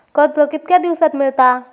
कर्ज कितक्या दिवसात मेळता?